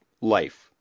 life